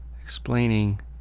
explaining